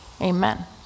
amen